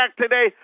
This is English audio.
today